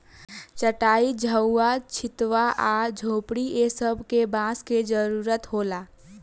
चाटाई, झउवा, छित्वा आ झोपड़ी ए सब मे बांस के जरुरत होला